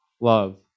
Love